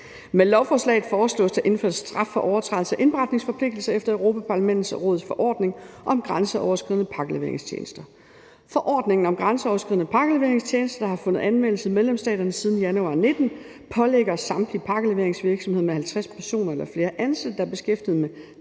Med lovforslaget foreslås det at indføre straf for overtrædelse af indberetningsforpligtelsen efter Europa-Parlamentets og Rådets forordning om grænseoverskridende pakkeleveringstjenester. Forordningen om grænseoverskridende pakkeleveringstjenester har fundet anvendelse i medlemsstaterne siden januar 2019 og pålægger samtlige pakkeleveringsvirksomheder med 50 personer eller flere ansatte, der er beskæftiget med